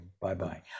Bye-bye